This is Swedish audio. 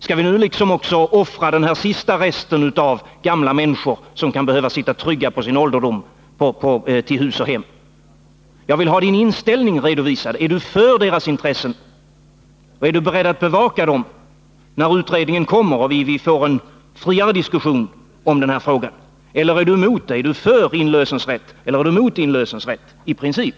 Skall vi nu också offra den sista rätten för gamla människor, som på sin ålderdom kan behöva sitta tryggt till hus och hem? Jag vill ha herr Konradssons inställning redovisad: Är han för deras intressen? Är han beredd att bevaka dem när utredningens betänkande läggs fram och vi får en friare diskussion om den här frågan? Eller är han emot inlösenrätt i princip?